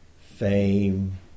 fame